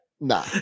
nah